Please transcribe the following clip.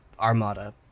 Armada